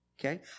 Okay